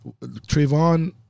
Trayvon